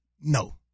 No